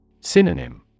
Synonym